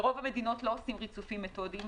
ברוב המדינות לא עושים ריצופים מתועדים.